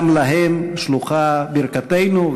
גם להם שלוחה ברכתנו,